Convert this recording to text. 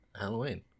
Halloween